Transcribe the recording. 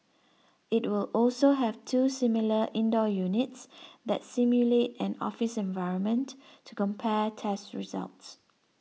it will also have two similar indoor units that simulate an office environment to compare tests results